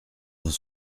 dans